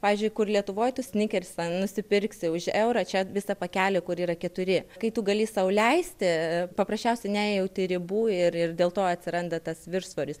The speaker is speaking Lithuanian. pavyzdžiui kur lietuvoj tu snickers nusipirksi už eurą čia visą pakelį kur yra keturi kai tu gali sau leisti paprasčiausiai nejauti ribų ir ir dėl to atsiranda tas viršsvoris